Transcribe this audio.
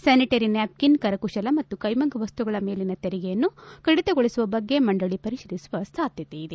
sanitary napkin ಕರಕುಶಲ ಮತ್ತು ಕೈಮಗ್ಗ ವಸ್ತುಗಳ ಮೇಲನ ತೆರಿಗೆಯನ್ನು ಕಡಿತಗೊಳಿಸುವ ಬಗ್ಗೆ ಮಂಡಳಿ ಪರಿಶೀಲಿಸುವ ಸಾಧ್ಯತೆಯಿದೆ